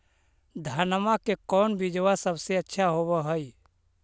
धनमा के कौन बिजबा सबसे अच्छा होव है?